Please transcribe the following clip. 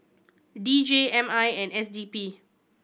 D J M I and S D P